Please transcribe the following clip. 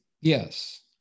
yes